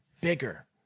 bigger